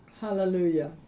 Hallelujah